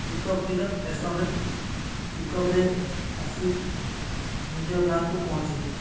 pickup ଥିଲା ଷ୍ଟେସନ୍ରେ ସେ ପିକ୍ଅପ୍ରେ ଆସି ନିଜ ଗାଁକୁ ପହଞ୍ଚିଲି